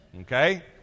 Okay